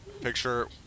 Picture